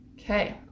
Okay